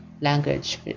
language